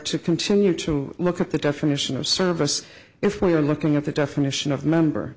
to continue to look at the definition of service if we are looking at the definition of member